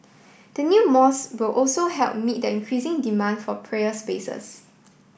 the new mosque will also help meet the increasing demand for prayer spaces